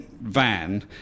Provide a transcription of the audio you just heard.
van